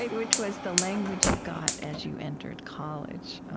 and which was the language you got as you entered college